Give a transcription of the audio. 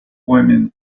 women